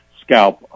scalp